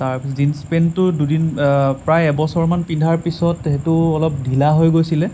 তাৰ পিছত জীন্স পেণ্টটো দুদিন প্ৰায় এবছৰমান পিন্ধাৰ পিছত সেইটো অলপ ঢিলা হৈ গৈছিলে